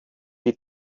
die